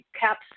caps